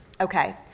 Okay